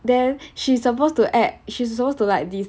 then she's supposed to act she's supposed to like be